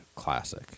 classic